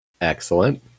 Excellent